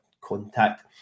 contact